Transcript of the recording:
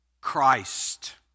Christ